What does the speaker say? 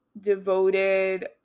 devoted